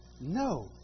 No